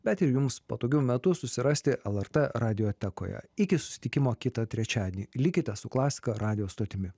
bet ir jums patogiu metu susirasti lrt radiotekoje iki susitikimo kitą trečiadienį likite su klasika radijo stotimi